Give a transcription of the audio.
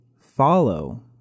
follow